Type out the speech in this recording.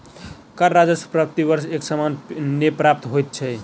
कर राजस्व प्रति वर्ष एक समान नै प्राप्त होइत छै